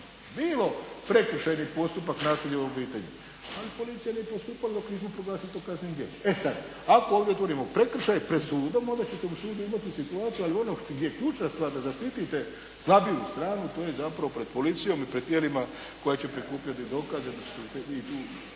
bilo prekršajnih postupaka nasilja u obitelji ali policija nije postupala dok nismo proglasili to kaznenim djelom. E sada, ako ovdje otvorimo prekršaj pred sudom onda ćete na sudu imati situaciju ali ono gdje je ključna stvar da zaštitite slabiju stranu a to je zapravo pred policijom i pred tijelima koja će prikupljati dokaze …/Govornik se